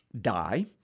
die